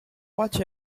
what